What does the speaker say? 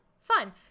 fun